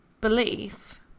belief